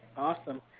awesome.